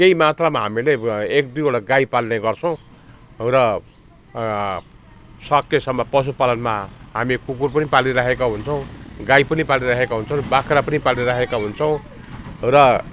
केही मात्रामा हामीहरूले एक दुईवटा गाई पाल्ने गर्छौँ र सकेसम्म पशुपालनमा हामी कुकुर पनि पालिराखेका हुन्छौँ गाई पनि पालिराखेका हुन्छौँ बाख्रा पनि पालिराखेका हुन्छौँ र